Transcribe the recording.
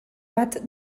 bat